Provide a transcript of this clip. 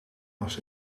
was